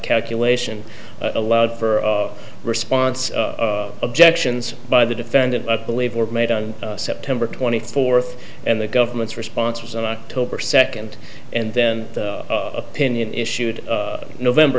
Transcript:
calculation allowed for response objections by the defendant i believe were made on september twenty fourth and the government's response was on october second and then opinion issued november